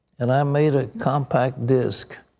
and i made a compact disk.